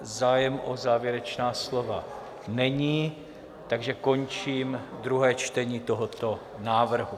Zájem o závěrečná slova není, takže končím druhé čtení tohoto návrhu.